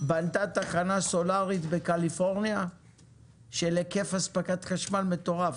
בנתה תחנה סולארית בקליפורניה של היקף אספקת חשמל מטורף.